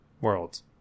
worlds